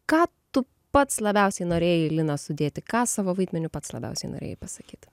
ką tu pats labiausiai norėjai į liną sudėti ką savo vaidmeniu pats labiausiai norėjai pasakyt